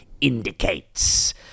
indicates